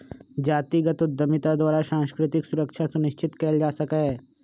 जातिगत उद्यमिता द्वारा सांस्कृतिक सुरक्षा सुनिश्चित कएल जा सकैय